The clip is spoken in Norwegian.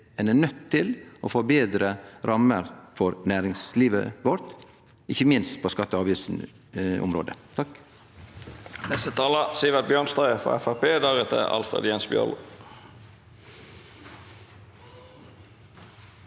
ein er nøydd til å få betre rammer for næringslivet vårt, ikkje minst på skatte- og avgiftsområdet.